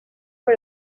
for